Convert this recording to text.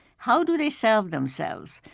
how do they serve themselves?